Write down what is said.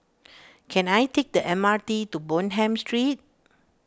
can I take the M R T to Bonham Street